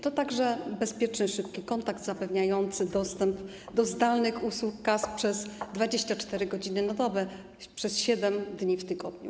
To także bezpieczny, szybki kontakt zapewniający dostęp do zdalnych usług KAS przez 24 godziny na dobę, przez 7 dni w tygodniu.